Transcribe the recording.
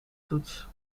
toets